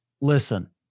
Listen